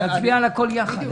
נצביע על הכול יחד.